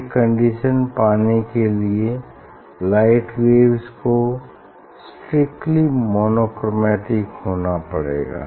यह कंडीशन पाने के लिए लाइट वेव्स को स्ट्रिक्टली मोनोक्रोमेटिक होना पड़ेगा